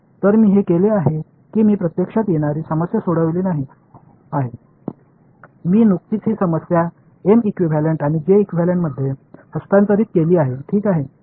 तर मी हे केले आहे की मी प्रत्यक्षात येणारी समस्या सोडविली नाही आहे मी नुकतीच ही समस्या एम इक्विव्हॅलेंट आणि J इक्विव्हॅलेंट मध्ये हस्तांतरित केली आहे ठीक आहे